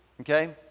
okay